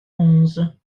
onze